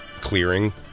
clearing